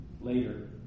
later